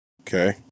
Okay